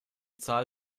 zahl